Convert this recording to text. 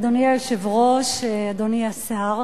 אדוני היושב-ראש, אדוני השר,